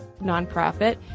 nonprofit